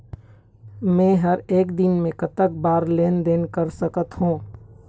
मे हर एक दिन मे कतक बार लेन देन कर सकत हों?